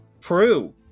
true